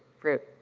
fruit,